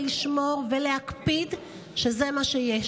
לשמור ולהקפיד שזה מה שיהיה,